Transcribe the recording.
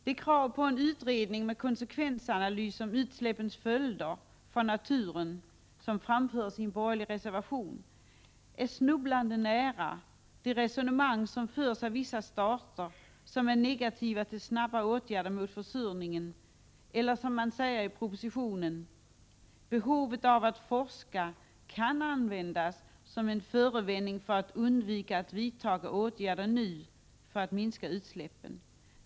Det krav på en utredning med analys av utsläppens följder för naturen, vilket framförs i en borgerlig reservation, är snubblande nära det resonemang som förs av vissa stater som är negativa till snara åtgärder mot försurningen — eller som det står i propositionen: Behovet av att forska kan användas som en förevändning för att undvika att vidta åtgärder nu för att minska utsläppen.